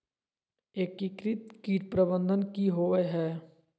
एकीकृत कीट प्रबंधन की होवय हैय?